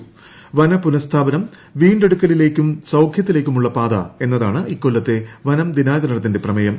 വനപുനഃസ്ഥാപനം വീണ്ടെടുക്കുലിലേക്കും സൌഖൃത്തിലേക്കുമുള്ള പാത എന്നതാണ് ഇക്കൊല്ലത്ത് വ്നം ദിനാചരണത്തിന്റെ പ്രമേയം